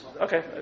Okay